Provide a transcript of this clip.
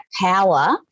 power